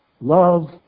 love